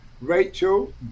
Rachel